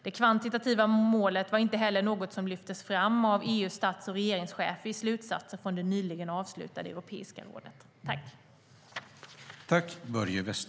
Det kvantitativa målet var inte heller något som lyftes fram av EU:s stats och regeringschefer i slutsatser från det nyligen avslutade Europeiska rådet.